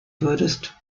würdest